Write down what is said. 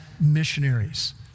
missionaries